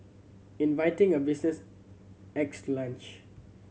inviting a business to lunch